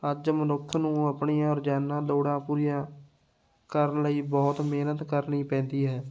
ਅੱਜ ਮਨੁੱਖ ਨੂੰ ਆਪਣੀਆਂ ਰੋਜ਼ਾਨਾ ਲੋੜਾਂ ਪੂਰੀਆਂ ਕਰਨ ਲਈ ਬਹੁਤ ਮਿਹਨਤ ਕਰਨੀ ਪੈਂਦੀ ਹੈ